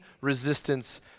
resistance